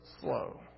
slow